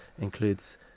includes